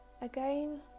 again